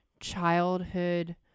childhood